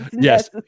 Yes